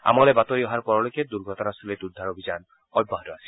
আমালৈ বাতৰি অহাৰ পৰলৈকে দুৰ্ঘটনাস্থলীত উদ্ধাৰ অভিযান অব্যাহত আছিল